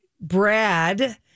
Brad